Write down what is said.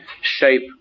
shape